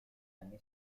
anni